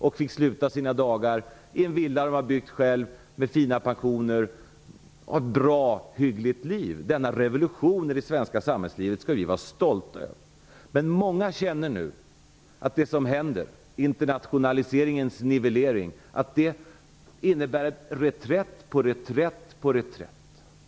De fick sluta sina dagar i en villa som de byggt själva, med fina pensioner och ett bra hyggligt liv. Denna revolution i det svenska samhällslivet skall vi vara stolta över. Många känner nu att det som händer, internationaliseringens nivellering, innebär en reträtt på reträtt på reträtt.